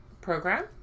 Program